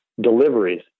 deliveries